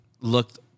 looked